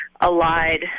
allied